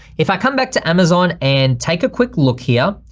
if i come back to amazon and take a quick look here,